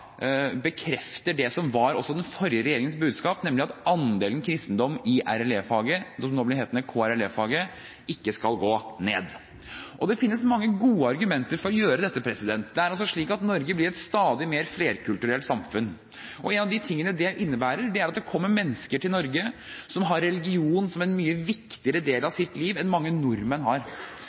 bekrefter det som var også den forrige regjeringens budskap, nemlig at andelen kristendom i RLE-faget – som nå blir hetende KRLE-faget – ikke skal gå ned. Det finnes mange gode argumenter for å gjøre dette. Det er altså slik at Norge blir et stadig mer flerkulturelt samfunn. En av de tingene det innebærer, er at det kommer mennesker til Norge som har religion som en mye viktigere del av sitt liv enn mange nordmenn har.